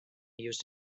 used